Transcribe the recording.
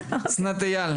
אסנת אייל,